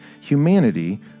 humanity